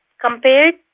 Compared